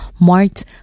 marked